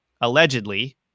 allegedly